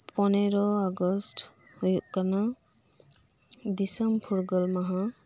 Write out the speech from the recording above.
ᱯᱚᱱᱮᱨᱚ ᱟᱜᱚᱥᱴ ᱦᱳᱭᱳᱜ ᱠᱟᱱᱟ ᱫᱤᱥᱚᱢ ᱯᱷᱩᱨᱜᱟᱹᱞ ᱢᱟᱦᱟ